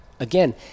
Again